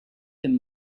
him